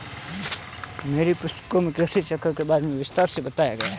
मेरी पुस्तकों में कृषि चक्र के बारे में विस्तार से बताया गया है